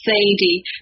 Sadie